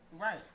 right